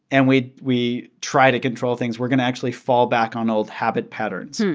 and we we try to control things, we're going to actually fall back on old habit patterns.